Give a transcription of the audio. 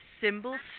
symbols